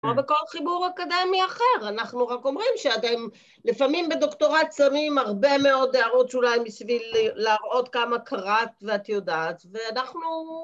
כמו בכל חיבור אקדמי אחר, אנחנו רק אומרים שאתם לפעמים בדוקטורט שמים הרבה מאוד הערות שוליים בשביל להראות כמה קראת ואת יודעת, ואנחנו